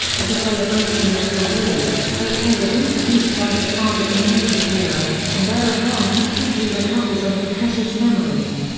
at a celebration of his award, o k. is introduced by his father to mukesh mehra, and thereupon completely recovers om prakash's memories.